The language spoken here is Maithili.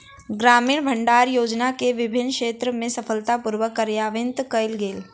ग्रामीण भण्डारण योजना के विभिन्न क्षेत्र में सफलता पूर्वक कार्यान्वित कयल गेल